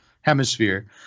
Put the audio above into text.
hemisphere